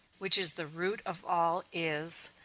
which is the root of all is,